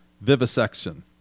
vivisection